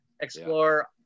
Explore